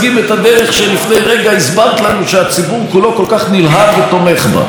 הדרך שלפני רגע הסברת לנו שהציבור כולו כל כך נלהב ותומך בה.